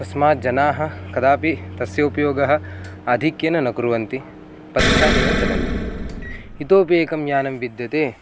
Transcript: तस्मात् जनाः कदापि तस्य उपयोगः आधिक्येन न कुर्वन्ति पद्भ्यामेव चलन्ति इतोपि एकं यानं विद्यते